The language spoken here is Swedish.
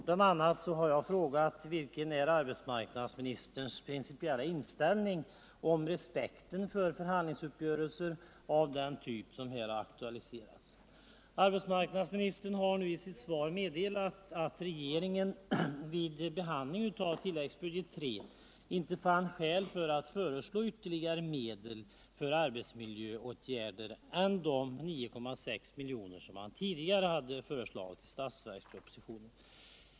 En fråga löd: ” Vilken är arbetsmarknadsministerns principiella inställning om respekten för förhandlingsuppgörelser av den typ som här aktualiserats?” Arbetsmarknadsministern har nu i sitt svar meddelat att regeringen vid behandling av tilläggsbudget III inte fann skäl för att föreslå ytterligare medel för arbetsmiljöåtgärder än de 9,6 miljoner som man tidigare hade föreslagit i statsverkspropositionen.